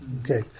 Okay